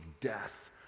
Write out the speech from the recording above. death